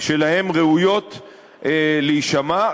ראויות להישמע.